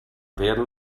werden